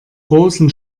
großen